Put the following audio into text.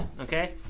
okay